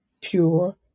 pure